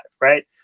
right